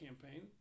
campaign